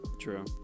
True